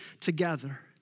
together